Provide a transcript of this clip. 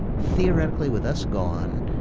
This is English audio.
theoretically, with us gone,